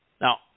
Now